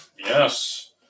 Yes